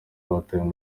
batawe